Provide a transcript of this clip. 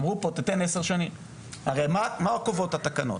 מה קובעות התקנות?